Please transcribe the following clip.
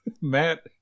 Matt